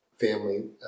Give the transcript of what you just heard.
family